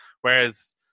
Whereas